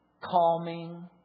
calming